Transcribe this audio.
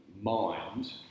mind